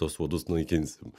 tuos uodus naikinsim